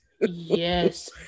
Yes